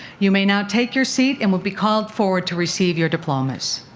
you may now take your seat and will be called forward to receive your diplomas.